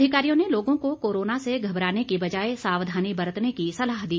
अधिकारियों ने लोगों को कोरोना से घबराने की बजाय सावधानी बरतने की सलाह दी